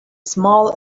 small